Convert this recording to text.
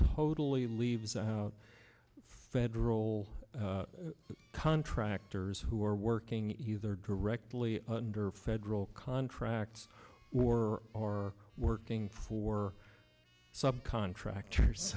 totally leaves out federal contractors who are working either directly under federal contracts were are working for subcontractors